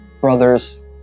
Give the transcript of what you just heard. brother's